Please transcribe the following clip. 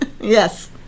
yes